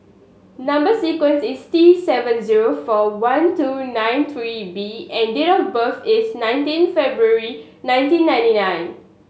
number sequence is T seven zero four one two nine three B and date of birth is nineteen February nineteen ninety nine